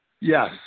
Yes